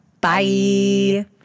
Bye